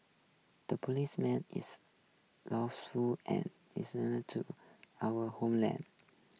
the policeman is and to our homeland